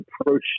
approach